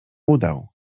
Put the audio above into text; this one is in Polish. udał